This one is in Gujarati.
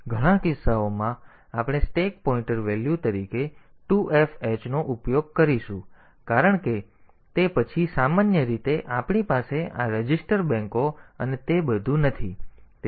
તેથી ઘણા કિસ્સાઓમાં આપણે સ્ટેક પોઇન્ટર વેલ્યુ તરીકે 2Fh નો ઉપયોગ કરીશું કારણ કે તે પછી સામાન્ય રીતે આપણી પાસે આ રજિસ્ટર બેંકો અને તે બધું નથી